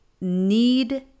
need